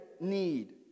need